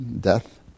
death